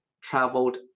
traveled